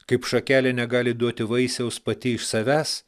kaip šakelė negali duoti vaisiaus pati iš savęs